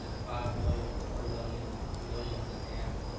ah five million, four million, a million and a half,